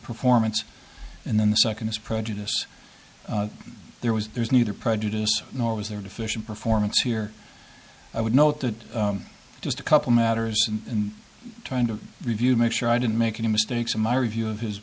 performance and then the second is prejudice there was there is neither prejudice nor was there deficient performance here i would note that just a couple matters in trying to review make sure i didn't make any mistakes in my review of his